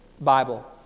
Bible